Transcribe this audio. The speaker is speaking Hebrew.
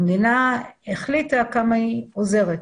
המדינה החליטה כמה היא עוזרת,